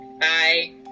Bye